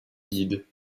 guides